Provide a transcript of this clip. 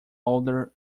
older